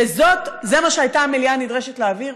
וזה מה שהייתה המליאה נדרשת להעביר,